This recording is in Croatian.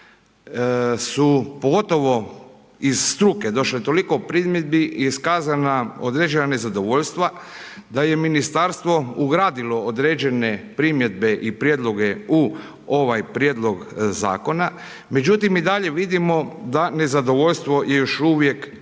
su, pogotovo iz struke došle toliko primjedbi je iskazana određena nezadovoljstva da je ministarstvo ugradilo određene primjedbe i prijedloge u ovaj prijedlog zakona, međutim i dalje vidimo da nezadovoljstvo je još uvijek prisutno.